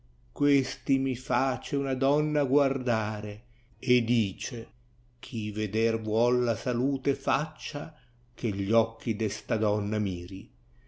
questi mi face una donna guardare dice chi veder vuol la salute faccia che gli occhi d està donna miri